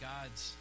God's